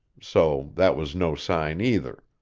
so that was no sign either.